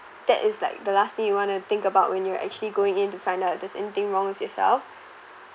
that is like the last thing you want to think about when you're actually going in to find out there's anything wrong with yourself